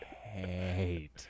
hate